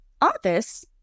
office